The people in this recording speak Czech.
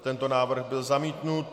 Tento návrh byl zamítnut.